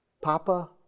Papa